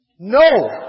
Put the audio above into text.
No